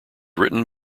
written